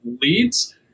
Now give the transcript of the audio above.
leads